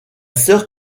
sœur